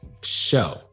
Show